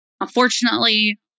Unfortunately